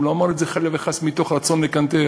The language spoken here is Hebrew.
הוא לא אמר את זה, חלילה וחס, מתוך רצון לקנטר.